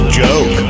joke